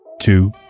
two